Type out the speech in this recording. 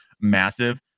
massive